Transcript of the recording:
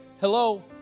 Hello